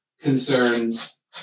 concerns